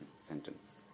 sentence